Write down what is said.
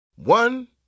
One